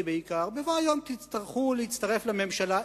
בעיקר: בבוא היום תצטרכו להצטרף לממשלה,